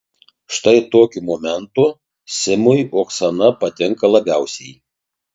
štai tokiu momentu simui oksana patinka labiausiai